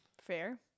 Fair